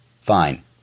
Fine